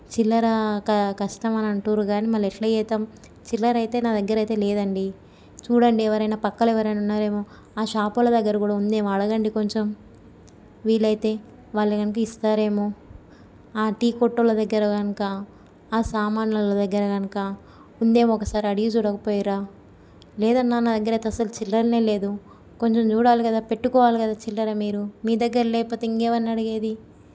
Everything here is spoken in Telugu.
చిల్లర క కష్టమని అంటుండ్రు కానీ మళ్ళీ ఎలా చేద్దాం చిల్లర అయితే నా దగ్గర అయితే లేదండి చూడండి ఎవరైనా పక్కలో ఎవరైనా ఉన్నారేమో ఆ షాప్ వాళ్ళ దగ్గర కూడా ఉందేమో అడగండి కొంచెం వీలైతే వాళ్ళు కనుక ఇస్తారేమో ఆ టీ కొట్టొల్లో దగ్గర గనుక ఆ సామాను వాళ్ళ దగ్గర కనుక ఉంది ఏమో ఒకసారి అడిగి చూడక పోయిరా లేదన్న నా దగ్గర అయితే అసలు చిల్లరనే లేదు కొంచెం చూడాలి కదా పెట్టుకోవాలి కదా చిల్లర మీరు మీ దగ్గర లేకపోతే ఇంకెవరిని అడిగేది